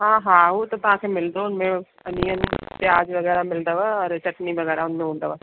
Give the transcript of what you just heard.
हा हा उहो त तव्हांखे मिलंदो हुन में अनियन प्याज़ वग़ैरह मिलंदव ओर चटणी वग़ैरह हुन में हूंदव